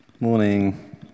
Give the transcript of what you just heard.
Morning